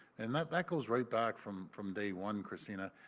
and that that goes right back from from day one, christina.